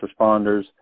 responders